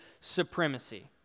supremacy